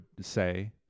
say